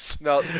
No